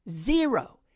Zero